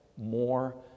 More